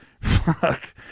Fuck